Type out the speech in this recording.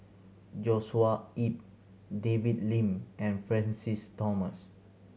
Joshua Ip David Lim and Francis Thomas